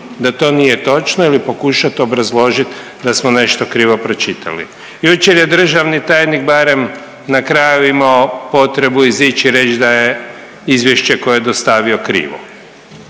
da to nije točno ili pokušat obrazložit da smo nešto krivo pročitali. Jučer je državni tajnik barem na kraju imao potrebu izići i reć da je izvješće koje je dostavio krivo,